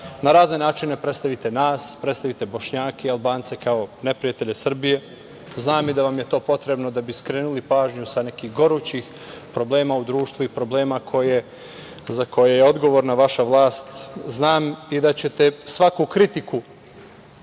na razne načine predstavite nas, predstavite Bošnjake i Albance kao neprijatelje Srbije. Znam i da vam je to potrebno da bi skrenuli pažnju sa nekih gorućih problema u društvu i problema za koje je odgovorna vaša vlast. Znam i da ćete svaku kritiku